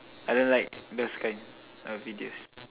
I don't like those kind of videos